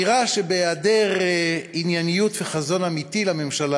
נראה שבהיעדר ענייניות וחזון אמיתי לממשלה